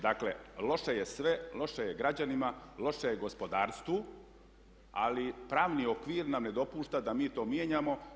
Dakle loše je sve, loše je građanima, loše je gospodarstvu ali pravni okvir nam ne dopušta da mi to mijenjamo.